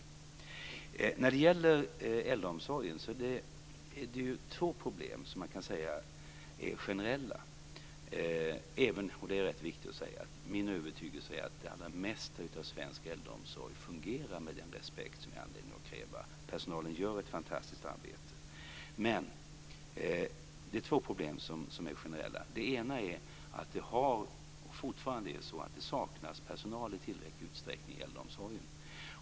Det finns två problem i äldreomsorgen som är generella, även om min övertygelse är - och det är viktigt att säga - att svensk äldreomsorg mestadels fungerar med den respekt som det finns anledning att kräva. Personalen gör ett fantastiskt arbete. Det ena problemet är att det fortfarande saknas personal i tillräcklig utsträckning inom äldreomsorgen.